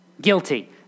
Guilty